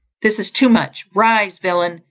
this is too much. rise, villain,